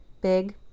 big